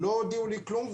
לא הודיעו לי כלום.